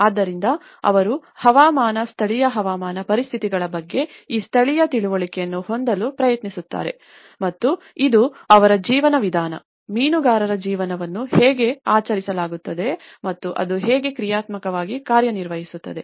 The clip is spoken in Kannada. ಆದ್ದರಿಂದ ಅವರು ಹವಾಮಾನ ಸ್ಥಳೀಯ ಹವಾಮಾನ ಪರಿಸ್ಥಿತಿಗಳ ಬಗ್ಗೆ ಈ ಸ್ಥಳೀಯ ತಿಳುವಳಿಕೆಯನ್ನು ಹೊಂದಲು ಪ್ರಯತ್ನಿಸುತ್ತಾರೆ ಮತ್ತು ಇದು ಅವರ ಜೀವನ ವಿಧಾನ ಮೀನುಗಾರರ ಜೀವನವನ್ನು ಹೇಗೆ ಆಚರಿಸಲಾಗುತ್ತದೆ ಮತ್ತು ಅದು ಹೇಗೆ ಕ್ರಿಯಾತ್ಮಕವಾಗಿ ಕಾರ್ಯನಿರ್ವಹಿಸುತ್ತದೆ